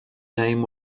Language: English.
name